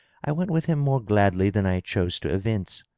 i went with him more gladly than i chose to evince.